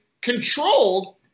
controlled